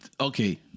Okay